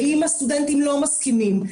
ואם הסטודנטים לא מסכימים,